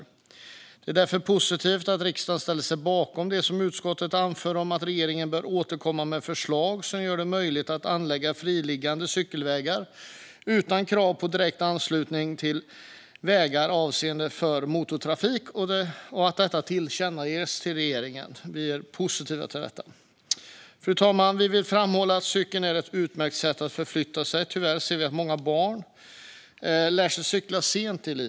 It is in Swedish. Det är därför positivt att riksdagen ställer sig bakom det utskottet anför om att regeringen bör återkomma med förslag som gör det möjligt att anlägga friliggande cykelvägar, utan krav på direkt anslutning till vägar avsedda för motortrafik, och att detta ska tillkännages till regeringen. Vi är positiva till detta. Fru talman! Vi vill framhålla att cykling är ett utmärkt sätt att förflytta sig. Tyvärr ser vi att många barn lär sig cykla sent.